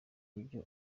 ibyo